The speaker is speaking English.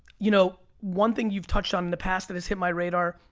you know one thing you've touched on in the past that has hit my radar,